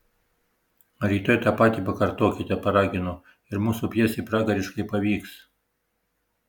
rytoj tą patį pakartokite paragino ir mūsų pjesė pragariškai pavyks